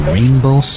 Rainbow